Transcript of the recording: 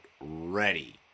ready